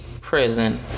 prison